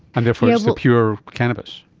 and therefore the pure cannabis.